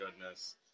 goodness